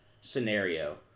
scenario